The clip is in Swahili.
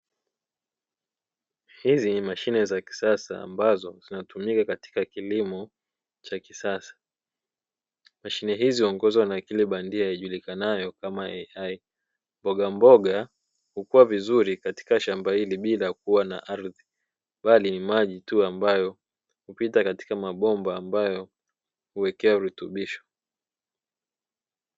Hizi ni mashine za kisasa ambazo zinatumika katika kilimo cha kisasa; mashine hizi huingizwa na akili bandia ijulikanayo kama AI, mbogamboga huiva vizuri katika shamba hili bila kuwa na ardhi; bali ni maji tu ambayo hupita kwenye mabomba ambayo huwekwa virutubisho.